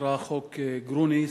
שנקרא "חוק גרוניס",